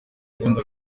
ubundi